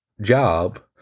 job